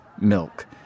Milk